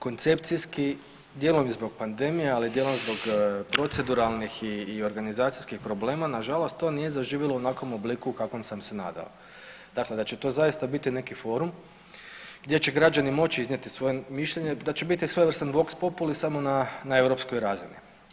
Koncepcijski dijelom i zbog pandemije, ali i dijelom zbog proceduralnih i organizacijskih problema na žalost to nije zaživjelo u onakvom obliku kakvom sam se nadao, dakle da će to zaista biti neki forum gdje će građani moći iznijeti svoje mišljenje, da će biti svojevrsni vox populis samo na europskoj razini.